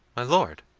my lord!